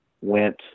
went